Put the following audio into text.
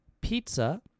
Pizza